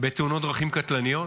בתאונות דרכים קטלניות,